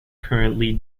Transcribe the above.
currently